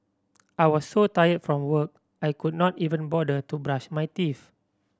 I was so tired from work I could not even bother to brush my teeth